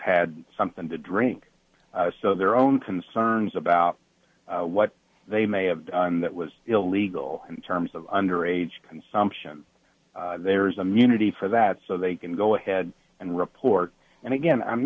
had something to drink so their own concerns about what they may have done that was illegal in terms of under age consumption there's a munity for that so they can go ahead and report and again i'm